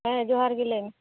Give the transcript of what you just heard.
ᱦᱮᱸ ᱡᱚᱸᱦᱟᱨ ᱜᱮ ᱦᱮᱸ ᱞᱟᱹᱭ ᱢᱮ